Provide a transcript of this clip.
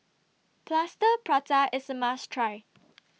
Plaster Prata IS A must Try